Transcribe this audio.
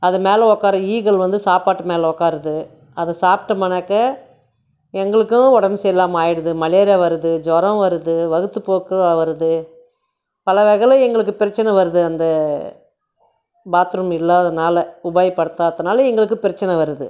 அதுமேலே உட்காருற ஈக்கள் வந்து சாப்பாட்டு மேலே உட்காருது அதை சாப்பிட்டமுனாக்க எங்களுக்கும் உடம்பு சரியில்லாமல் ஆகிடுது மலேரியா வருது ஜுரம் வருது வயித்துப்போக்கும் வருது பல வகையில் எங்களுக்கு பிரச்சனை வருது அந்த பாத்ரூம் இல்லாததுனால் உபயப்படுத்தாத்துனால் எங்களுக்கு பிரச்சனை வருது